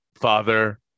Father